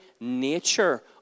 nature